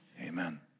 amen